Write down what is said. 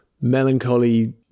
melancholy